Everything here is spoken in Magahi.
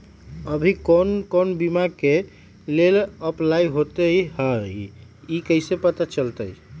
अभी कौन कौन बीमा के लेल अपलाइ होईत हई ई कईसे पता चलतई?